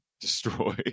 destroy